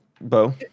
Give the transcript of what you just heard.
Bo